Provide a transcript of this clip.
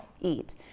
eat